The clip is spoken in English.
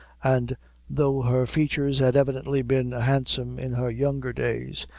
and though her features had evidently been handsome in her younger days,